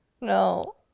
No